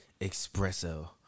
espresso